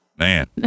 Man